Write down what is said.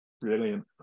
brilliant